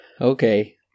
okay